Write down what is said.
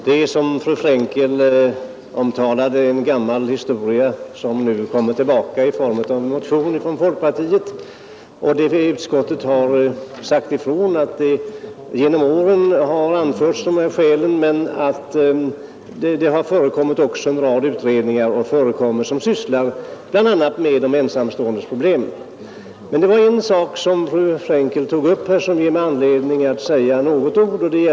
Herr talman! Det är, som fru Fr&nkel omtalade, en gammal historia som nu kommer tillbaka i form av en motion från folkpartiet. Utskottet har sagt ifrån att samma skäl anförts genom åren och att det också har förekommit och förekommer en rad utredningar som sysslar bl.a. med de ensamståendes problem. Fru Frenkel tog upp bostadsfrågan, och det ger mig anledning att säga några ord.